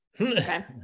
Okay